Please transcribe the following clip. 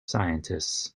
scientists